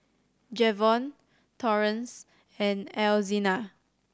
Jevon Torrence and Alzina